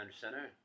center